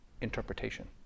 interpretation